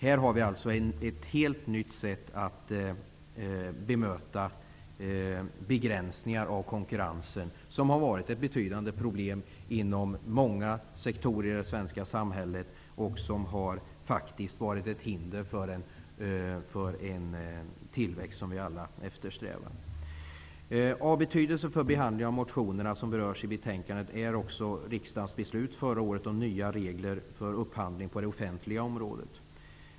Vi har alltså nu ett helt nytt sätt att bemöta begränsningar av konkurrensen, vilket har varit ett betydande problem inom många sektorer i det svenska samhället och som faktiskt har varit ett hinder för en tillväxt som vi alla eftersträvar. Av betydelse för behandlingen av de motioner som berörs i betänkandet är också riksdagens beslut förra året om nya regler för upphandling på det offentliga området.